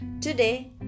Today